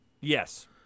Yes